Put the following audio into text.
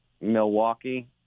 Milwaukee